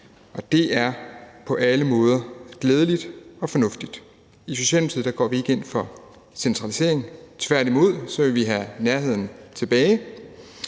Det er på alle måder glædeligt og fornuftigt. I Socialdemokratiet går vi ikke ind for centralisering, tværtimod vil vi have nærheden tilbage.